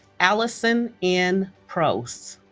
alison n. prose